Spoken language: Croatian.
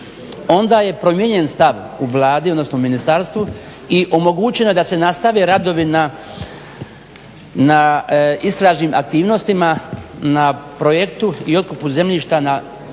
onda je promijenjen stav u Vladi odnosno ministarstvu i omogućeno je da se nastave radovi na istražnim aktivnostima na projektu i otkupu zemljišta na prije